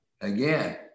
Again